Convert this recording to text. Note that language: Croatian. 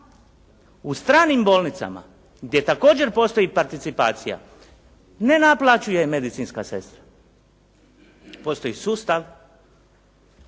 U stranim bolnicama, gdje također postoji participacija, ne naplaćuje medicinska sestra. Postoji sustav